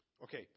Okay